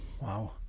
Wow